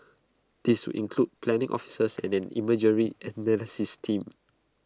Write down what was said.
these would include planning officers and an imagery analysis team